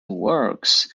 works